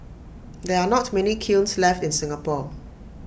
there are not many kilns left in Singapore